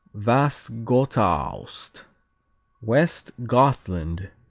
vastgotaost west gothland,